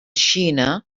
xina